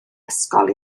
ysgol